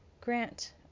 Grant